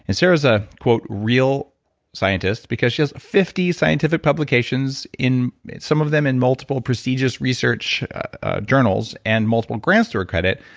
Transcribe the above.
and sarah's a quote real scientist because she has fifty scientific publications, some of them in multiple prestigious research journals and multiple grants to her credit.